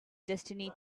destiny